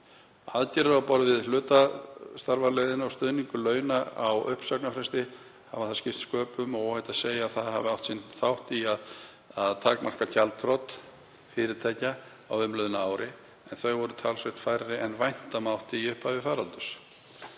Aðgerðir á borð við hlutastarfaleiðina og stuðningur launa á uppsagnarfresti hafa þar skipt sköpum og óhætt er að segja að þær hafi átt sinn þátt í að takmarka gjaldþrot fyrirtækja á umliðnu ári, en þau voru talsvert færri en vænta mátti í upphafi faraldurs.